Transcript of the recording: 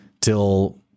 till